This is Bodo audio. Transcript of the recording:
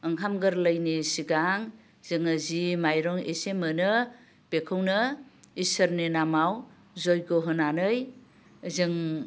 ओंखाम गोरलैनि सिगां जोङो जि माइरं एसे मोनो बेखौनो इसोरनि नामाव जग्य होनानै जों